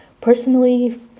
personally